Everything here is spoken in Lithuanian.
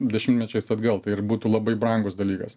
dešimtmečiais atgal tai ir būtų labai brangus dalykas